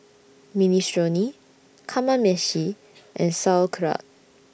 Minestrone Kamameshi and Sauerkraut